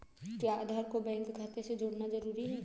क्या आधार को बैंक खाते से जोड़ना जरूरी है?